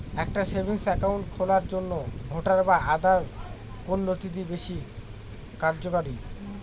একটা savings account খোলার জন্য ভোটার বা আধার কোন নথিটি বেশী কার্যকরী?